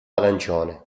arancione